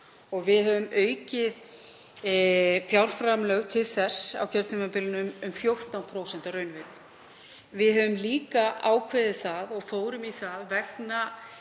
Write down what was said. Við höfum aukið fjárframlög til þess á kjörtímabilinu um 14% að raunvirði. Við höfum líka ákveðið það og fórum í það vegna